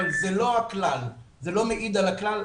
אבל זה לא מעיד על הכלל,